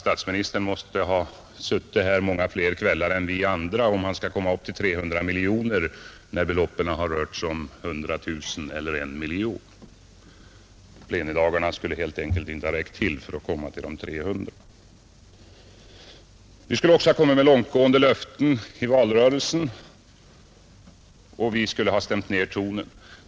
Statsministern måste ha suttit här många fler kvällar än vi andra om han skulle komma upp till 300 miljoner kronor fastän beloppen bara rört sig om 100 000 eller 1 miljon. Plenidagarna skulle helt enkelt inte ha räckt till för att komma upp till de 300 miljonerna. Oppositionen skulle också ha kommit med långtgående löften i valrörelsen, men sedan stämt ner tonen.